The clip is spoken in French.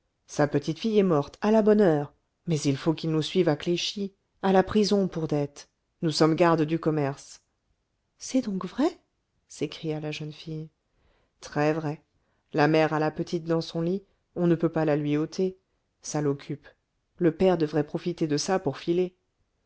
sa petite fille est morte à la bonne heure mais il faut qu'il nous suive à clichy à la prison pour dettes nous sommes gardes du commerce c'est donc vrai s'écria la jeune fille très-vrai la mère a la petite dans son lit on ne peut pas la lui ôter ça l'occupe le père devrait profiter de ça pour filer